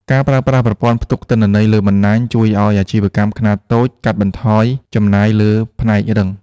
ការប្រើប្រាស់ប្រព័ន្ធផ្ទុកទិន្នន័យលើបណ្ដាញជួយឱ្យអាជីវកម្មខ្នាតតូចកាត់បន្ថយចំណាយលើផ្នែករឹង។